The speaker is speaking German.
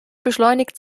beschleunigt